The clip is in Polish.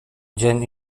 dzień